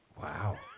Wow